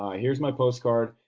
ah here's my postcard,